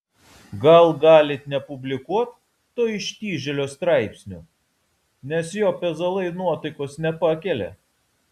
gal galit nepublikuot to ištižėlio straipsnių nes jo pezalai nuotaikos nepakelia